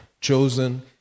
chosen